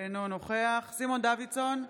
אינו נוכח סימון דוידסון,